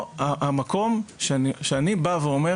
המקום שאני בא ואומר